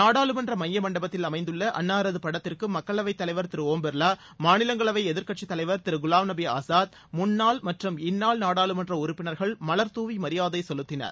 நாடாளுமன்ற மைய மண்டபத்தில் அமைந்துள்ள அன்னாரது படத்திற்கு மக்களவைத் தலைவர் திரு ஒம் பிர்லா மாநிலங்களவை எதிர்க்கட்சித் தலைவர் திரு குலாம்நபி ஆஸாத் முந்நாள் மற்றும் இந்நாள் நாடாளுமன்ற உறுப்பினர்கள் மலர் தூவி மரியாதை செலுத்தினர்